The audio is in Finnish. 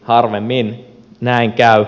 harvemmin näin käy